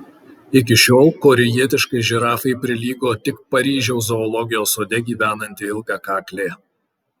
iki šiol korėjietiškai žirafai prilygo tik paryžiaus zoologijos sode gyvenanti ilgakaklė